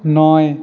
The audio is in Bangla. নয়